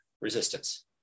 resistance